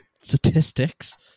statistics